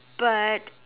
but